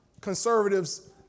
conservatives